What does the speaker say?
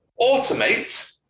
automate